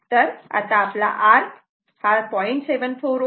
तर आता आपला R 0